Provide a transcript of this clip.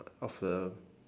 of the